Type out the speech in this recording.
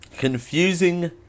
Confusing